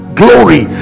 glory